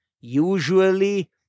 Usually